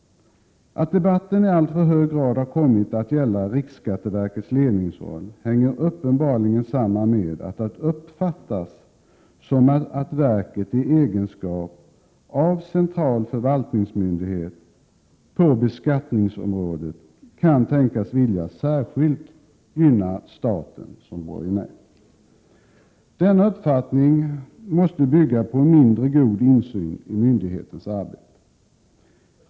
Att debatten i alltför hög grad har kommit att gälla riksskatteverkets ledningsroll hänger uppenbarligen samman med att det uppfattas som att verket i egenskap av central förvaltningsmyndighet på beskattningsområdet Prot. 1987/88:124 kan tänkas vilja särskilt gynna staten som borgenär. 20 maj 1988 Denna uppfattning måste bygga på en mindre god insyn i myndighetens mr I Gr, arbete.